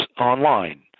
online